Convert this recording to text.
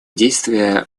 действия